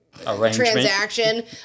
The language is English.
transaction